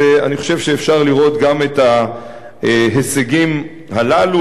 אני חושב שאפשר לראות גם את ההישגים הללו.